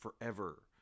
forever